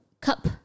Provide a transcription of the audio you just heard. cup